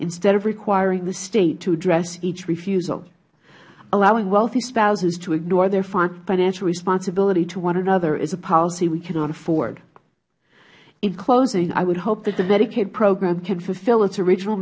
instead of requiring the state to address each refusal allowing wealthy spouses to ignore their financial responsibility to one another is a policy we cannot afford in closing i would hope that the medicaid program can fulfill its original